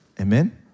Amen